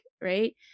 Right